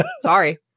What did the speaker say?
Sorry